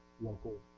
local